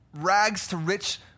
rags-to-rich